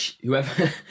Whoever